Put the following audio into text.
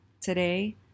today